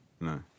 No